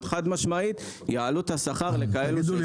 להם יעלו חד-משמעית את השכר לכאלה שהשקיעו.